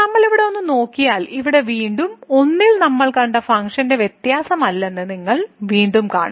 നമ്മൾ ഇവിടെ ഒന്ന് നോക്കിയാൽ ഇവിടെ വീണ്ടും 1 ൽ നമ്മൾ കണ്ട ഫംഗ്ഷൻ വ്യത്യസ്തമല്ലെന്ന് നിങ്ങൾ വീണ്ടും കാണുന്നു